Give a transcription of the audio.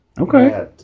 Okay